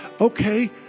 Okay